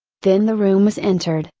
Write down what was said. then the room was entered,